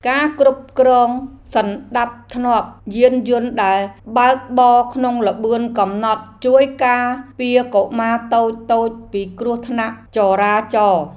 ការគ្រប់គ្រងសណ្តាប់ធ្នាប់យានយន្តដែលបើកបរក្នុងល្បឿនកំណត់ជួយការពារកុមារតូចៗពីគ្រោះថ្នាក់ចរាចរណ៍។